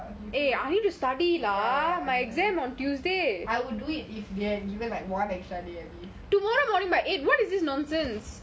ya ya ya I would do it if he had given like one extra day at least